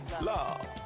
love